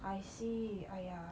I see !aiya!